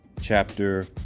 chapter